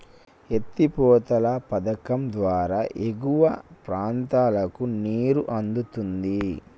ఎత్తి పోతల పధకం ద్వారా ఎగువ ప్రాంతాలకు నీరు అందుతుంది